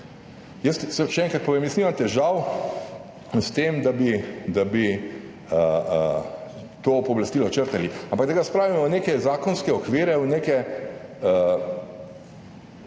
Jaz še enkrat povem, jaz nimam težav s tem, da bi to pooblastilo črtali, ampak da ga spravimo v neke zakonske okvire,